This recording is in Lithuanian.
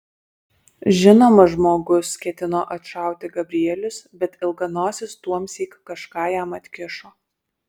žinoma žmogus ketino atšauti gabrielius bet ilganosis tuomsyk kažką jam atkišo